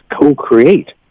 co-create